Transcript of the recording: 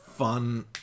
Fun